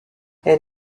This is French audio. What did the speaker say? elle